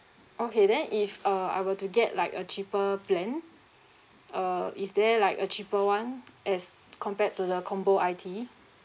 okay then if uh I were to get like a cheaper plan uh is there like a cheaper one as compared to the combo I_T